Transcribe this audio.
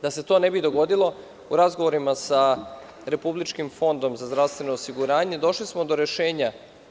Da se to ne bi dogodilo, u razgovorima Republičkim fondom za zdravstveno osiguranje došli smo do rešenja.